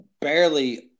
barely